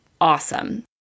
awesome